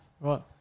Right